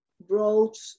brought